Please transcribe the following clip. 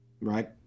right